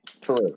True